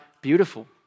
beautiful